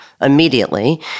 immediately